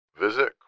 Visit